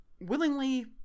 willingly